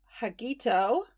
Hagito